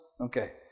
Okay